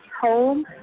home